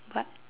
but